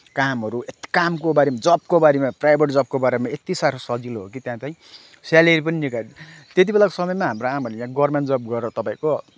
कामहरू यति कामको बारेमा जबको बारेमा प्राइभेट जबको बारेमा यति साह्रो सजिलो हो कि त्यहाँ चाहिँ स्यालेरी पनि त्यतिबेलाको समयमा हाम्रो आमाले यहाँ गभर्मेन्ट जब गरेर तपाईँको